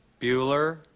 Bueller